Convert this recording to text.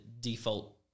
default